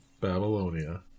Babylonia